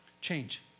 change